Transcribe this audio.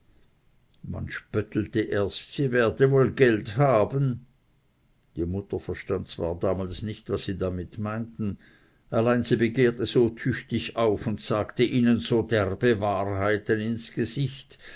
man spöttelte erst sie werde wohl noch geld haben die mutter verstund zwar damals nicht was sie damit meinten allein sie begehrte so tüchtig auf und sagte ihnen so derbe wahrheiten ins gesicht